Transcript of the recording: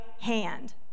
hand